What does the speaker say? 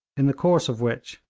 in the course of which,